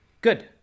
good